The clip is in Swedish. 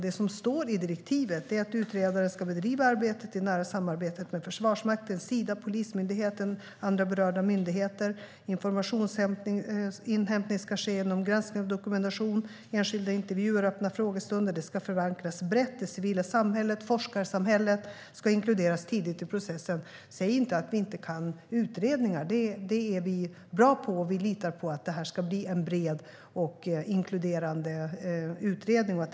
Det som står i direktivet är att utredaren ska bedriva arbetet i nära samarbete med Försvarsmakten, Sida, Polismyndigheten och andra berörda myndigheter. Informationsinhämtning ska ske genom granskning av dokumentation, enskilda intervjuer, öppna frågestunder. Det ska förankras brett, och det civila samhället och forskarsamhället ska inkluderas tidigt i processen. Säg inte att vi inte kan utredningar! Det är vi bra på, och vi litar på att det blir en bred och inkluderande utredning.